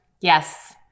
Yes